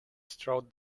strode